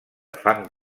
fang